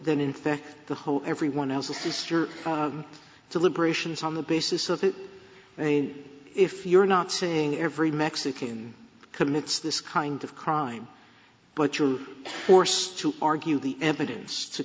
than in fact the whole everyone else the sister deliberations on the basis of it if you're not saying every mexican commits this kind of crime but you're forced to argue the evidence to